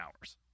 hours